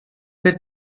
per